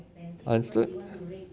understood